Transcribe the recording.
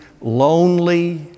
lonely